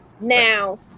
Now